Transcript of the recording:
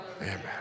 Amen